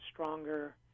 stronger